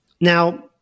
Now